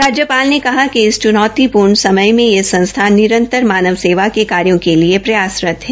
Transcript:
राज्यपाल ने कहा कि इस चुनौतीपूर्ण समय में यह संस्था निरंतर मानव सेवा के कार्यो के लिए प्रयासरत है